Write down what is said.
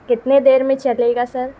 کتنے دیر میں چلے گا سر